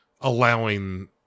allowing